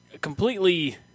Completely